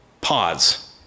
pause